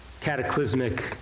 cataclysmic